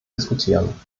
diskutieren